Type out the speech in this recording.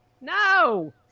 No